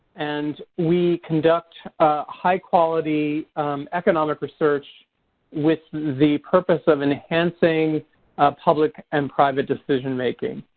and we conduct high-quality economic research with the purpose of enhancing public and private decision-making.